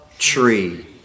tree